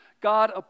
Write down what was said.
God